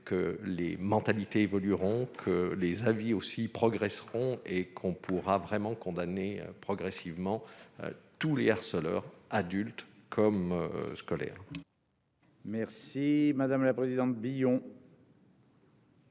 que les mentalités évolueront que les avis aussi progresseront et qu'on pourra vraiment condamner progressivement tous les harceleurs adulte comme scolaire. Merci madame la présidente Billon.